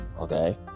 okay